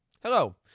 Hello